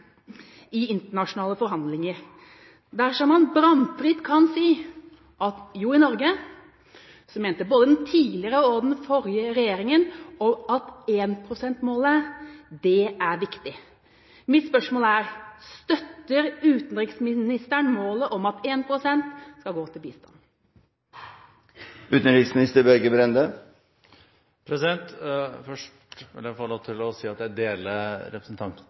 i internasjonale forhandlinger dersom han bramfritt kan si at i Norge mente både den forrige og den nåværende regjeringa at 1 pst.-målet er viktig? Mitt spørsmål er: Støtter utenriksministeren målet om at 1 pst. skal gå til bistand? Først vil jeg få lov til å si at jeg deler representanten